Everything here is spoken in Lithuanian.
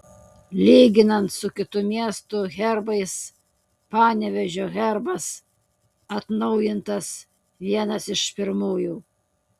lyginant su kitų miestų herbais panevėžio herbas atnaujintas vienas iš pirmųjų